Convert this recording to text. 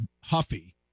huffy